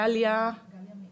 שמי עו"ד גליה מאיר